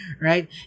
right